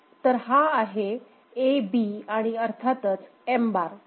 तर हा आहे A B आणि अर्थातच M बार